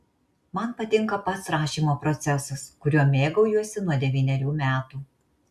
man patinka pats rašymo procesas kuriuo mėgaujuosi nuo devynerių metų